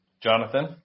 Jonathan